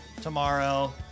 tomorrow